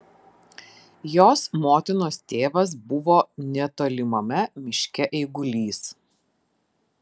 jos motinos tėvas buvo netolimame miške eigulys